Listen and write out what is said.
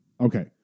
Okay